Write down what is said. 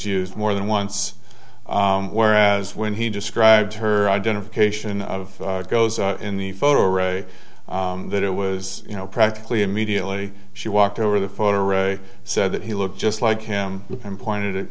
used more than once whereas when he described her identification of goes in the photo array that it was you know practically immediately she walked over the photo ray said that he looked just like him and pointed